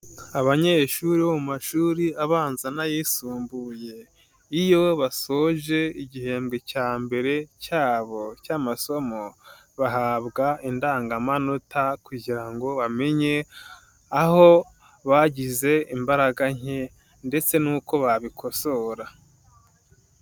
Abanyeshuri bo mu mashuri abanza n'ayisumbuye, iyo basoje igihembwe cya mbere, cyabo cy'amasomo, bahabwa indangamanota kugira ngo bamenye, aho, bagize imbaraga nke, ndetse n'uko babikosora.